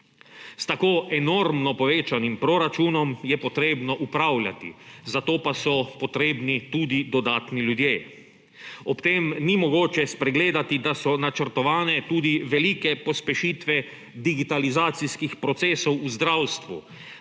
S tako enormno povečanim proračunom je potrebno upravljati, zato pa so potrebni tudi dodatni ljudje. Ob tem ni mogoče spregledati, da so načrtovane tudi velike pospešitve digitalizacijskih procesov v zdravstvu,